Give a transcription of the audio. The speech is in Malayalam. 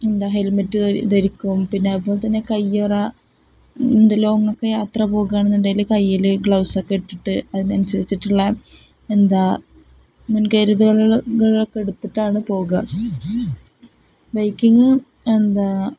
എന്താണ് ഹെൽമെറ്റ് ധരിക്കും പിന്നെ അതുപോലെ തന്നെ കയ്യൊറ എന്താണ് ലോങ് ഒക്കെ യാത്ര പോകുകയാണെന്ന് ഉണ്ടെങ്കിൽ കയ്യിൽ ഗ്ലൗസ് ഒക്കെ ഇട്ടിട്ട് അതിന് അനുസരിച്ചിട്ടുള്ള എന്താണ് മുൻകരുതലുകൾ ഒക്കെ എടുത്തിട്ടാണ് പോകുക ബൈക്കിങ് എന്താണ്